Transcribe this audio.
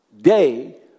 day